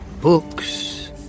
books